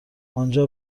آنجا